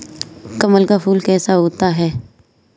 कमल का फूल कैसा होता है?